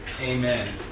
Amen